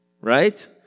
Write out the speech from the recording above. Right